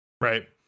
right